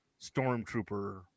stormtrooper